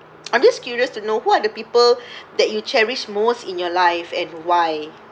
I'm just curious to know who are the people that you cherish most in your life and why